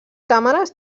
càmeres